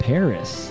Paris